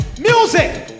Music